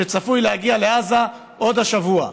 שצפוי להגיע לעזה עוד השבוע".